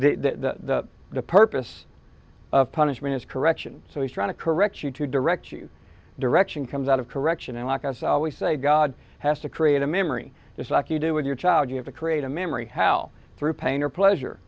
corrected the purpose of punishment is correction so he's trying to correct you to direct you direction comes out of correction and like us i always say god has to create a memory just like you do with your child you have to create a memory how through pain or pleasure